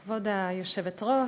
כבוד היושבת-ראש,